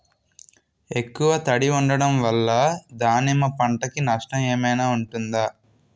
ఎక్కువ తడి ఉండడం వల్ల దానిమ్మ పంట కి నష్టం ఏమైనా ఉంటుందా?